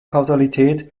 kausalität